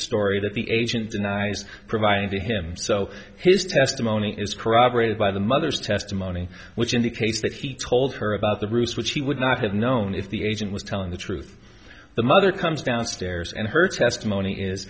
story that the agent was providing to him so his testimony is corroborated by the mother's testimony which indicates that he told her about the roost which he would not have known if the agent was telling the truth the mother comes downstairs and her testimony is